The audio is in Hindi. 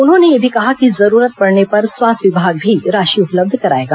उन्होंने यह भी कहा कि जरूरत पड़ने पर स्वास्थ्य विभाग भी राशि उपलब्ध कराएगा